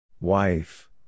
Wife